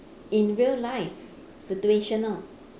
in real life situational